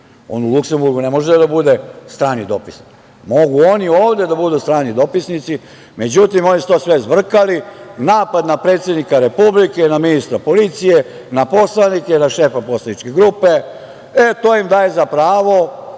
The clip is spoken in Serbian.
On u Luksemburgu ne može da bude strani dopisnik. Mogu oni ovde da budu strani dopisnici, međutim, oni su to sve zbrkali, napad na predsednika Republike, na ministra policije, na poslanike, na šefa poslaničke grupe, e, to im daje za pravo